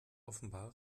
offenbar